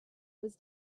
was